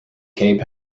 cape